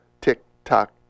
tick-tock